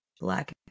black